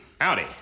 Howdy